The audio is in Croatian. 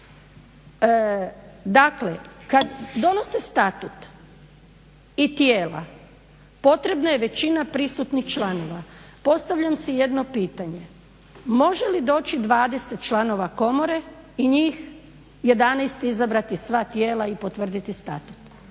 Dakle, kad donose statut i tijela potrebna je većina prisutnih članova, postavljam si jedno pitanje može li doći 20 članova komore i njih 11 izabrati sva tijela i potvrditi Statut?